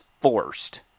forced